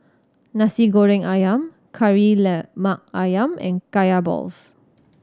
Nasi Goreng Ayam Kari Lemak Ayam and Kaya balls